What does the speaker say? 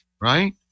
right